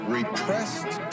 repressed